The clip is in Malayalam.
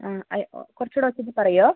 ആ അയ് കുറച്ച് കൂടെ ഉച്ചത്തിൽ പറയുവോ